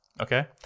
Okay